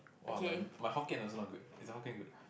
!wah! my my Hokkien also not good is your Hokkien good